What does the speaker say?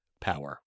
power